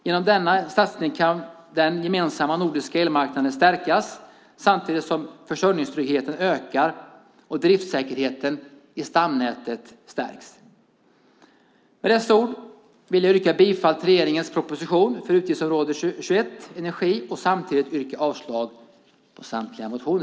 Genom denna satsning kan den gemensamma nordiska elmarknaden stärkas samtidigt som försörjningstryggheten ökar och driftssäkerheten i stamnätet stärks. Med dessa ord yrkar jag bifall till regeringens proposition för utgiftsområde 21, Energi, och avslag på samtliga motioner.